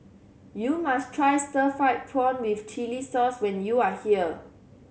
you must try stir fried prawn with chili sauce when you are here